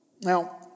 Now